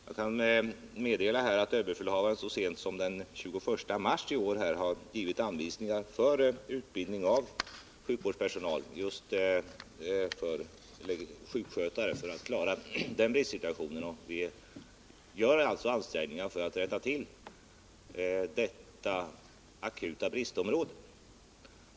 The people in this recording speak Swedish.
Jag kan meddela att överbefälhavaren så sent som den 21 mars i år har givit anvisningar för utbildningen av sjukskötare för att klara denna bristsituation. Vi gör alltså ansträngningar för att rätta till förhållandena på detta akuta bristområde.